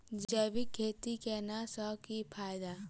जैविक खेती केला सऽ की फायदा?